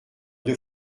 deux